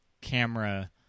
camera